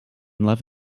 love